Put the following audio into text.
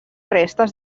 restes